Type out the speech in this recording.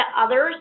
others